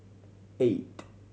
eight